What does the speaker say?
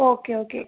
okay okay